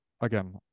again